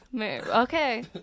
Okay